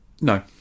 No